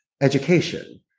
education